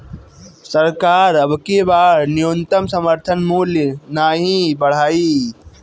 सरकार अबकी बार न्यूनतम समर्थन मूल्य नाही बढ़ाई